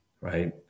right